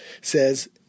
says